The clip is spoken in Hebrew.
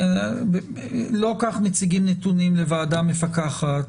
לא כך מציגים נתונים לוועדה מפקחת.